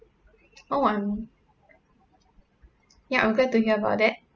oh I'm ya I'm glad to hear about that